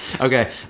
okay